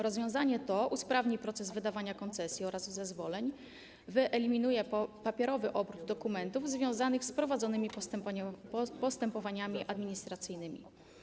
Rozwiązanie to usprawni proces wydawania koncesji oraz zezwoleń, pozwoli wyeliminować papierowy obrót dokumentów związanych z prowadzonymi postępowaniami administracyjnymi.